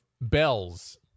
bells